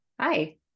hi